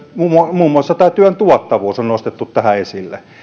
muun muassa tämä työn tuottavuus on nostettu tähän esille